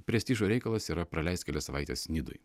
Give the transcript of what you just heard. prestižo reikalas yra praleist kelias savaites nidoj